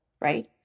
right